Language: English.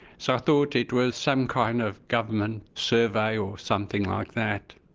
so thought it was some kind of government survey or something like that.